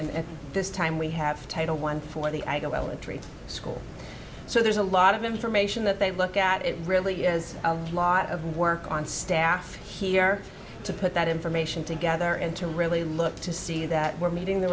reading and this time we have title one for the i go well and treat school so there's a lot of information that they look at it really is a lot of work on staff here to put that information together and to really look to see that we're meeting the